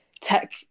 tech